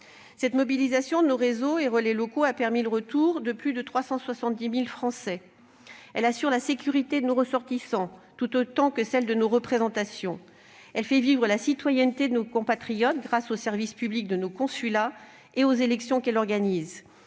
Cette mobilisation de nos réseaux et de nos relais locaux a permis le retour de plus de 370 000 Français. Elle assure la sécurité tant de nos ressortissants que de nos représentations. Elle fait vivre la citoyenneté de nos compatriotes, grâce au service public de nos consulats et aux élections qu'elle permet